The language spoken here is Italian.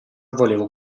volevo